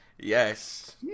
Yes